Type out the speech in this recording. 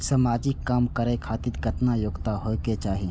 समाजिक काम करें खातिर केतना योग्यता होके चाही?